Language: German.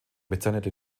bezeichnete